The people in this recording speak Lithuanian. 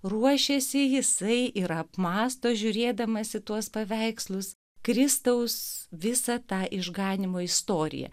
ruošiasi jisai yra apmąsto žiūrėdamas į tuos paveikslus kristaus visą tą išganymo istoriją